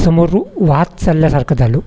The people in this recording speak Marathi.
समोरून वाहात चालल्यासारखं झालं